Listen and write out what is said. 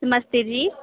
नमस्ते जी